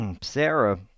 Sarah